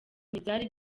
ntibyari